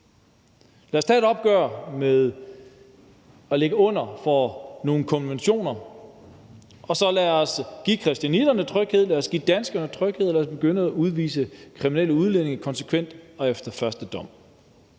Lad os tage et opgør med at ligge under for nogle konventioner, og lad os så give christianitterne tryghed, lad os give danskerne tryghed, lad os begynde at udvise kriminelle udlændinge konsekvent og efter første dom.